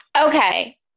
Okay